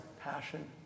passion